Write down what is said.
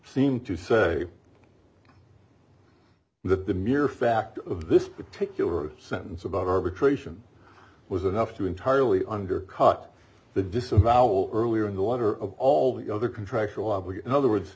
seemed to say that the mere fact of this particular sentence about arbitration was enough to entirely undercut the disavowal earlier in the letter of all the other contractual obligation other words